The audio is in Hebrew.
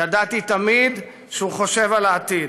ידעתי תמיד שהוא חושב על העתיד,